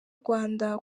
rwanda